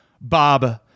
Bob